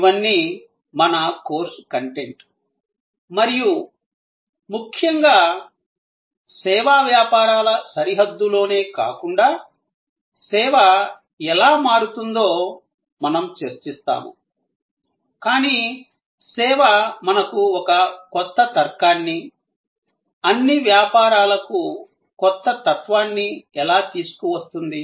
ఇవన్నీ మన course content మరియు ముఖ్యంగా సేవా వ్యాపారాల సరిహద్దులోనే కాకుండా సేవ ఎలా మారుతుందో మేము చర్చిస్తాము కానీ సేవ మనకు ఒక కొత్త తర్కాన్ని అన్ని వ్యాపారాలకు కొత్త తత్వాన్ని ఎలా తీసుకువస్తుంది